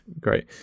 great